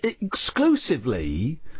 exclusively